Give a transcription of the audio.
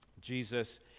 Jesus